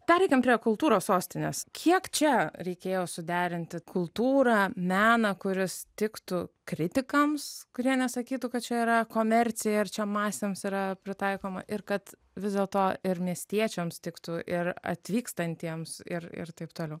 pereikime prie kultūros sostinės kiek čia reikėjo suderinti kultūrą meną kuris tiktų kritikams kurie nesakytų kad čia yra komercija čia masėms yra pritaikoma ir kad vis dėlto ir miestiečiams tiktų ir atvykstantiems ir ir taip toliau